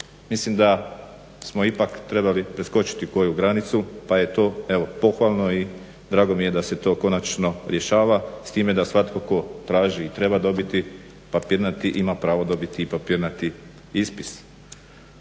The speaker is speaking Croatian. mislim da smo ipak trebali preskočiti koju granicu pa je to evo pohvalno i drago mi je da se to konačno rješava. S time da svatko tko traži i treba dobiti papirnati ima pravo dobiti i papirnati ispis.